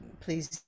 Please